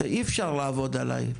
אי אפשר לעבוד עליי.